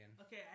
Okay